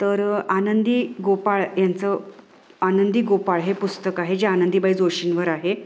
तर आनंदी गोपाळ यांचं आनंदी गोपाळ हे पुस्तक आहे जे आनंदीबाई जोशींवर आहे